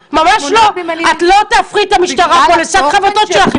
את לא תהפכי את המשטרה לשק חבטות שלך,